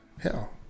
Hell